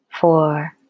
four